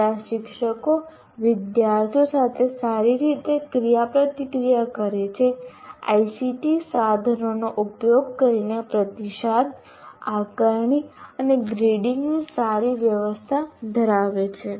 સારા શિક્ષકો વિદ્યાર્થીઓ સાથે સારી રીતે ક્રિયાપ્રતિક્રિયા કરે છે ICT સાધનોનો ઉપયોગ કરીને પ્રતિસાદ આકારણી અને ગ્રેડિંગની સારી વ્યવસ્થા ધરાવે છે